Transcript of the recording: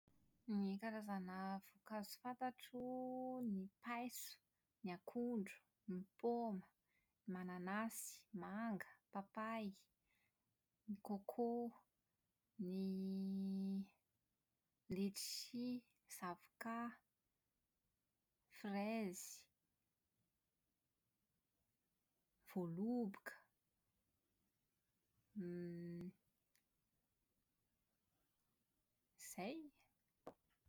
Ny karazana voankazo fantatro ny paiso, ny akondro, ny paoma, mananasy, manga, papay, ny coco, ny letchi, zavoka, frezy, voaloboka > izay